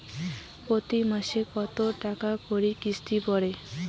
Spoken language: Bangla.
প্রতি মাসে কতো টাকা করি কিস্তি পরে?